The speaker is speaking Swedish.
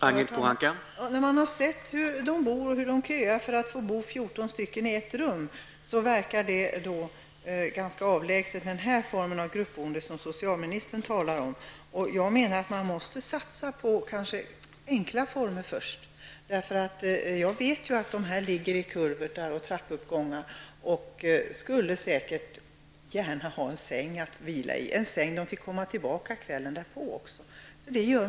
Herr talman! När man sett hur människor bor och att man köar för att bo fjorton personer i ett rum, verkar den form av gruppboende som socialministern talar om ganska avlägset. Jag menar att man kanske först måste satsa på enkla former av boende. Jag vet att dessa människor ligger i kulvertar och trappuppgångar, och de skulle säkert gärna vilja ha en säng att vila i, en säng till vilken de också kvällen därpå får komma tillbaka till.